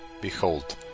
behold